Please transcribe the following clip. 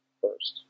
first